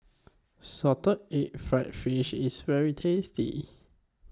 Salted Egg Fried Fish IS very tasty